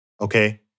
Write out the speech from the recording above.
okay